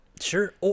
Sure